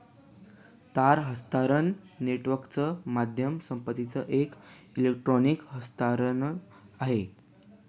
तार हस्तांतरण नेटवर्कच माध्यम संपत्तीचं एक इलेक्ट्रॉनिक हस्तांतरण आहे